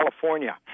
California